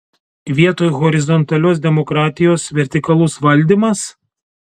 vietoj horizontalios demokratijos vertikalus valdymas